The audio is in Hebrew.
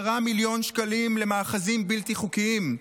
10 מיליון שקל למאחזים בלתי חוקיים.